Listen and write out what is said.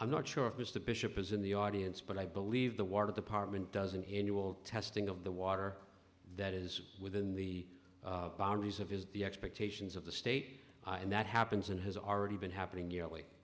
i'm not sure if mr bishop is in the audience but i believe the water department doesn't into all testing of the water that is within the boundaries of his the expectations of the state and that happens and has already been happening nearly